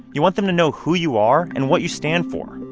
you want them to know who you are and what you stand for